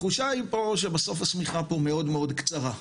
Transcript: התחושה היא פה שבסוף השמיכה פה מאוד מאוד קצרה.